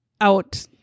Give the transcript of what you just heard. out